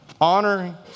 Honor